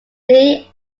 lee